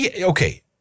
Okay